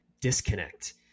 disconnect